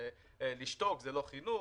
זה לא חינוך,